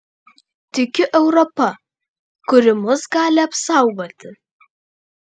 tikiu europa kuri mus gali apsaugoti